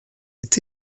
est